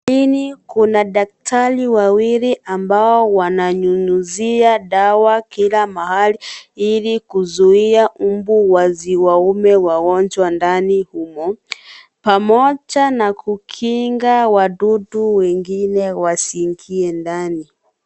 Lini kuna daktari wawili ambao wananyunyizia dawa kila mahali ili kuzuia mbu wasiwaume wagonjwa ndani humo, pamoja na kukinga wadudu wengine wasiingie ndani.